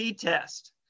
test